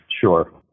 sure